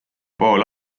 pool